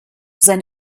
sein